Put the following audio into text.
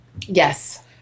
yes